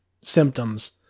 symptoms